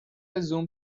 زوم